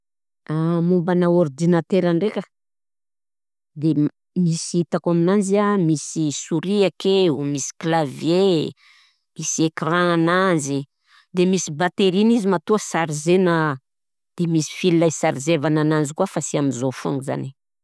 An Mombana ordinateur ndraika de m- misy hitako aminanzy an misy sourie akeo, misy clavier, misy ecran-ananzy, de misy batterieny izy matoa sarzena de misy fil isarzevana ananjy koa fa sy am'zao foana zany e.